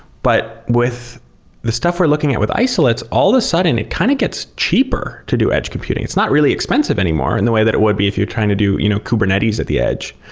but with the stuff we're looking at with isolates, all the sudden it kind of gets cheaper to do edge computing. it's not really expensive anymore in the way that it would be if you're trying to do you know kubernetes at the edge,